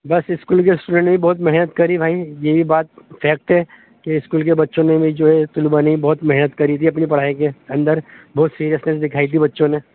بس اسکول کے اسٹوڈنٹ بھی بہت محنت کری بھائی یہی بات فیکٹ ہے کہ اسکول کے بچوں نے بھی جو ہے طلباء نے بھی بہت محنت کری تھی اپنی پڑھائی کے اندر بہت سریسنیس دکھائی تھی بچوں نے